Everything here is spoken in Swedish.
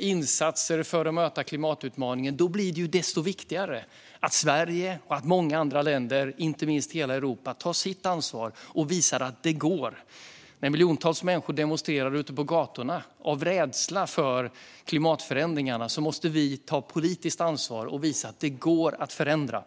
insatser för att möta klimatutmaningen blir det desto viktigare att Sverige och andra länder, inte minst hela Europa, tar sitt ansvar och visar att det går. När miljontals människor demonstrerar ute på gatorna av rädsla för klimatförändringarna måste vi ta politiskt ansvar och visa att vi kan förändra.